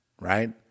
right